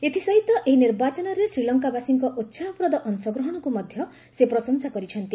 ଏଥିସହିତ ଏହି ନିର୍ବାଚନରେ ଶ୍ରୀଲଙ୍କାବାସୀଙ୍କ ଉତ୍ସାହପ୍ରଦ ଅଂଶଗ୍ରହଣକୁ ମଧ୍ୟ ସେ ପ୍ରଶଂସା କରିଛନ୍ତି